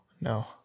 no